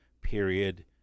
period